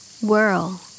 Whirl